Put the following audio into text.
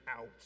out